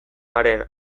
aren